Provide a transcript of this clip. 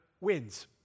wins